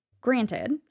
Granted